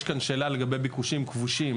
יש כאן שאלה לגבי ביקושים כבושים,